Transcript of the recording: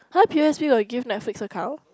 [huh] p_o_s_b will give Netflix account